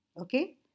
Okay